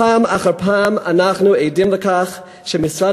פעם אחר פעם אנחנו עדים לכך שמשרד